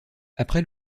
après